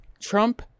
Trump